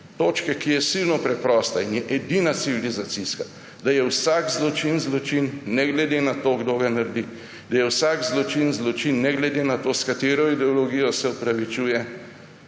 Točka, ki je silno preprosta in je edina civilizacijska – da je vsak zločin zločin ne glede na to, kdo ga naredi, da je vsak zločin zločin ne glede na to, s katero ideologijo se opravičuje,